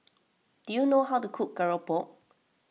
do you know how to cook Keropok